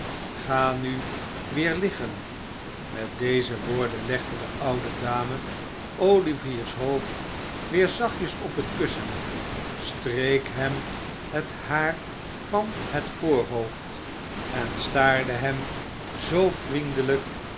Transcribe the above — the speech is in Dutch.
oa nu weer liggen met deze woorden legde de oude dame olivier's hoofd weer zachtjes op het kussen streek hem het haar van het voorhoofd en staarde hem zoo vriendelijk